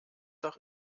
doch